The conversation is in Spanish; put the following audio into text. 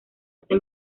ese